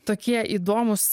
tokie įdomūs